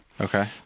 okay